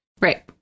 right